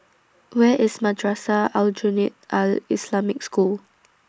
Where IS Madrasah Aljunied Al Islamic School